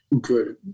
good